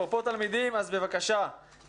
אפרופו תלמידים אז בבקשה,